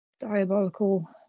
diabolical